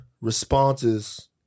responses